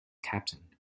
captain